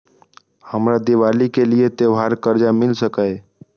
हमरा दिवाली के लिये त्योहार कर्जा मिल सकय?